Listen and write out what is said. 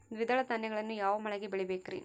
ದ್ವಿದಳ ಧಾನ್ಯಗಳನ್ನು ಯಾವ ಮಳೆಗೆ ಬೆಳಿಬೇಕ್ರಿ?